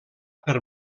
per